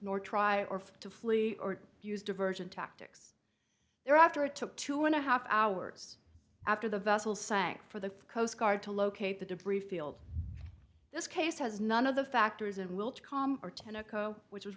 nor try or to flee or use diversion tactics there after it took two and a half hours after the vessel sank for the coast guard to locate the debris field this case has none of the factories and will com or tenneco which